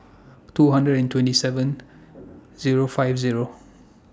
two hundred and twenty seven Zero Fifth Zero